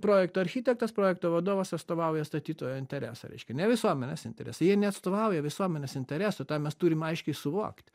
projekto architektas projekto vadovas atstovauja statytojo interesą reiškia ne visuomenės interesai jie neatstovauja visuomenės interesų tą mes turim aiškiai suvokti